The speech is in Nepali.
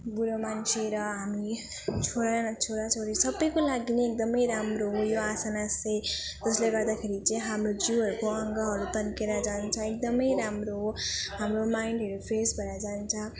बुढो मान्छे र हामी छोरा छोरा छोरी सबको लागि नै एकदम राम्रो हो यो आसन चाहिँ त्यसले गर्दाखेरि चाहिँ हाम्रो जिउहरूको अङ्गहरू तन्केर जान्छ एकदम राम्रो हो हाम्रो माइन्डहरू फ्रेस भएर जान्छ